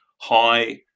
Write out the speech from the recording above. high